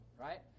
right